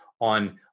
on